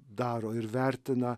daro ir vertina